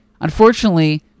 unfortunately